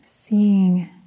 Seeing